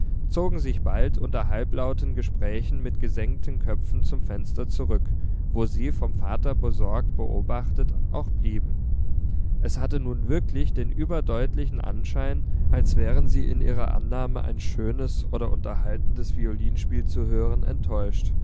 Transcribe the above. zogen sich bald unter halblauten gesprächen mit gesenkten köpfen zum fenster zurück wo sie vom vater besorgt beobachtet auch blieben es hatte nun wirklich den überdeutlichen anschein als wären sie in ihrer annahme ein schönes oder unterhaltendes violinspiel zu hören enttäuscht